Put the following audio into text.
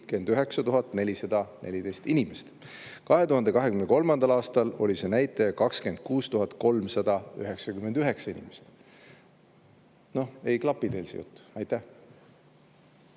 49 414 inimest. 2023. aastal oli see näitaja 26 399 inimest. Noh, ei klapi teil see jutt. Suur